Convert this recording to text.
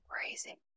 crazy